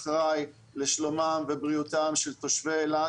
אחראי לשלומם ובריאותם של תושבי אילת